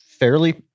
Fairly